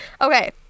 Okay